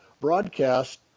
broadcast